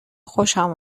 خوشم